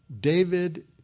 David